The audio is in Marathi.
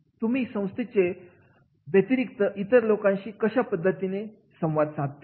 तुम्ही संस्थेचे व्यतिरिक्त इतर लोकांशी कशा पद्धतीने संवाद साधता